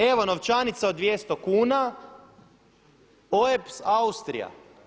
Evo novčanica od 200 kuna, OeBS Austrija.